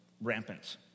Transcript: rampant